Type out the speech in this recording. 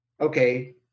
okay –